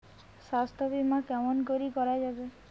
স্বাস্থ্য বিমা কেমন করি করা যাবে?